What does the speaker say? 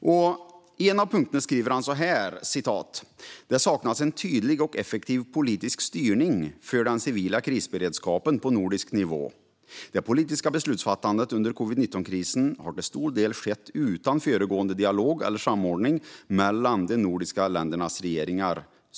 I en av punkterna skriver han att det saknas en tydlig och effektiv politisk styrning för den civila krisberedskapen på nordisk nivå och att det politiska beslutsfattandet under covid-19-krisen till stor del skedde utan föregående dialog eller samordning mellan de nordiska ländernas regeringar.